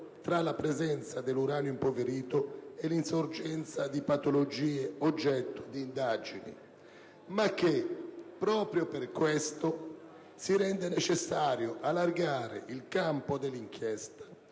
tra la presenza dell'uranio impoverito e l'insorgenza di patologie oggetto d'indagine, ma che proprio per questo si rende necessario allargare il campo dell'inchiesta